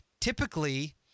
typically